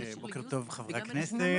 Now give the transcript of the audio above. בוקר טוב חברי הכנסת.